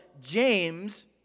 James